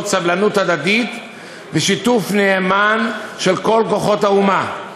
סבלנות הדדית ושיתוף נאמן של כל כוחות האומה.